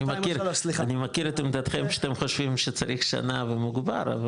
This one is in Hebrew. אני מכיר את עמדתכם שאתם חושבים שצריך שנה ומוגבר.